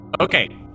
okay